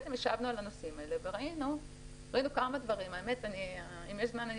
ישבנו על הנושאים האלה וראינו כמה דברים: ראשית,